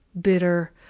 bitter